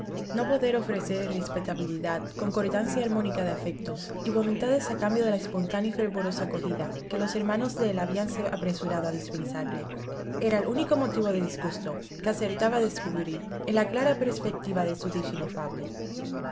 no poder ofrecer respetabilidad concordancia armónica de afectos y voluntades a cambio de la espontánea y fervorosa acogida que los hermanos de él habíanse apresurado a dispensarle era el único motivo de disgusto que acertaba a descubrir en la clara perspectiva de su dicha inefable